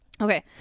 Okay